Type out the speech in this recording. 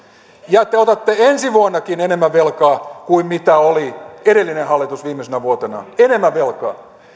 ja te otatte ensi vuonnakin enemmän velkaa kuin mitä edellinen hallitus viimeisenä vuotenaan enemmän velkaa